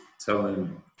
telling